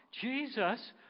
Jesus